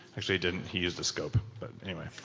actually he didn't, he used a scope, but anyway